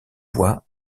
voies